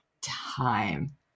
time